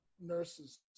nurses